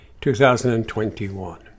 2021